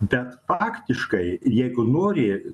bet faktiškai jeigu nori